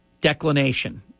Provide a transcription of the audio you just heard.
declination